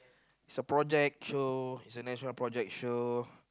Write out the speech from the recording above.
it's a project show it's a national project show